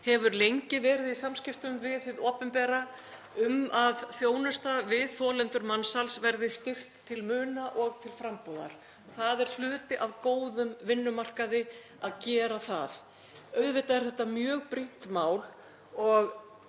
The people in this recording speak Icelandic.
hefur lengi verið í samskiptum við hið opinbera um að þjónusta við þolendur mansals verði styrkt til muna og til frambúðar. Það er hluti af góðum vinnumarkaði að gera það. Auðvitað er þetta mjög brýnt mál og